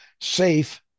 safe